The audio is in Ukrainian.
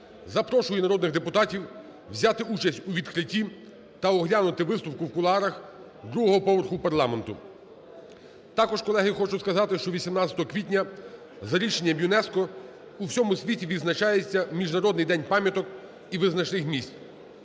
запрошую народних депутатів взяти участь у відкритті та оглянути виставку в кулуарах другого поверху парламенту. Також, колеги, хочу сказати, що 18 квітня за рішенням ЮНЕСКО у всьому світі відзначається Міжнародний день пам'яток і визначних місць.